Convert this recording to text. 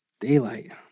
Daylight